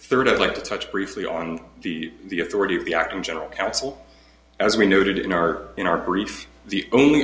third i'd like to touch briefly on the the authority of the act in general counsel as we noted in our in our brief the only